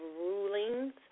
rulings